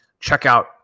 checkout